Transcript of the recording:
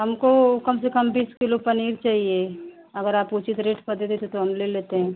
हमको कम से कम बीस कीलो पनीर चाहिए अगर आप उचित रेट पर दे देते तो हम ले लेते हैं